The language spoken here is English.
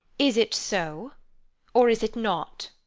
is it so or is it not?